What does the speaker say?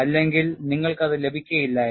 അല്ലെങ്കിൽ നിങ്ങൾക്ക് അത് ലഭിക്കില്ലായിരുന്നു